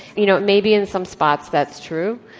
you know, maybe in some spots, that's true.